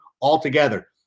altogether